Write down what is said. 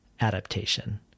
adaptation